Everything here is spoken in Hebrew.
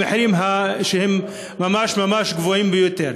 במחירים שהם ממש ממש גבוהים ביותר.